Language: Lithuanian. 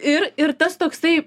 ir ir tas toksai